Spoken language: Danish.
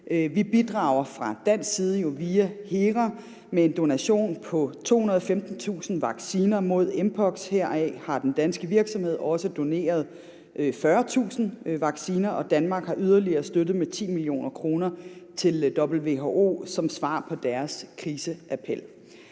Vi bidrager fra dansk side via HERA med en donation på 215.000 vacciner mod mpox, heraf har den danske virksomhed Bavarian Nordic også doneret 40.000 vacciner, og Danmark har yderligere støttet med 10 mio. kr. til WHO som svar på deres kriseappel.